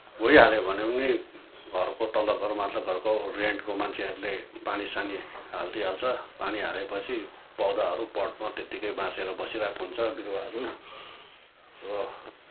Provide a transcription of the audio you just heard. गाइहाले भने पनि घरको तल्लो घर माथिल्लो घरको रेन्टको मान्छेहरूले पानी सानी हालिदिइहाल्छ पानी हालेपछि पौधाहरू पटमा त्यतिकै बाँचेर बसिरहेको हुन्छ बिरुवाहरू र